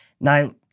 Now